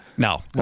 No